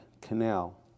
canal